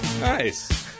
nice